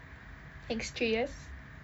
next three years